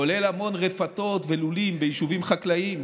כולל המון רפתות ולולים ביישובים חקלאיים.